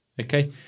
Okay